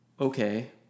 okay